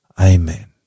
Amen